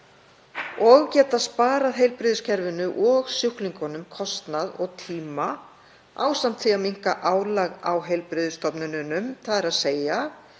og geta sparað heilbrigðiskerfinu og sjúklingum kostnað og tíma ásamt því að minnka álag á heilbrigðisstofnunum, þ.e.